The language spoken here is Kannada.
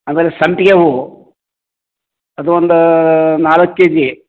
ಆಮೇಲೆ ಸಂಪಿಗೆ ಹೂವು ಅದೊಂದು ನಾಲ್ಕು ಕೆಜಿ